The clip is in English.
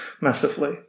massively